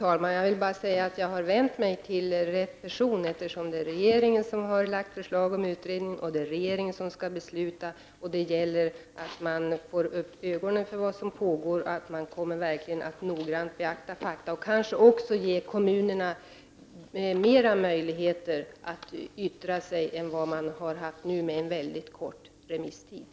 Fru talman! Jag har vänt mig till rätt person, eftersom det är regeringen som har lagt fram ett förslag om en utredning. Det är också regeringen som skall fatta beslut. Det gäller att få upp ögonen för vad som pågår och verkligen noggrant beakta fakta samt kanske ge kommunerna större möjligheter att yttra sig än de har haft med tanke på den korta remisstiden.